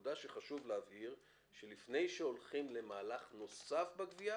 הנקודה שחשוב להבהיר: לפני שהולכים למהלך נוסף בגבייה